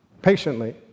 patiently